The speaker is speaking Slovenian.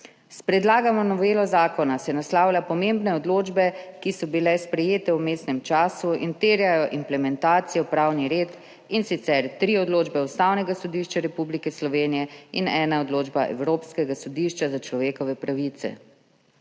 S predlagano novelo zakona se naslavlja pomembne odločbe, ki so bile sprejete v vmesnem času in terjajo implementacijo v pravni red, in sicer tri odločbe Ustavnega sodišča Republike Slovenije in eno odločbo Evropskega sodišča za človekove pravice.